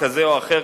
כזה או אחר,